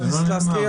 חברת הכנסת לסקי.